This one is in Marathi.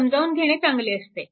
समजावून घेणे चांगले असते